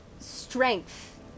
strength